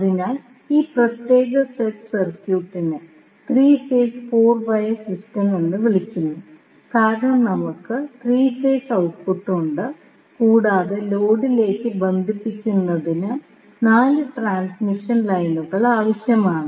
അതിനാൽ ഈ പ്രത്യേക സെറ്റ് സർക്യൂട്ടിനെ 3 ഫേസ് 4 വയർ സിസ്റ്റം എന്ന് വിളിക്കുന്നു കാരണം നമുക്ക് 3 ഫേസ് ഔട്ട്പുട്ട് ഉണ്ട് കൂടാതെ ലോഡിലേക്ക് ബന്ധിപ്പിക്കുന്നതിന് 4 ട്രാൻസ്മിഷൻ ലൈനുകൾ ആവശ്യമാണ്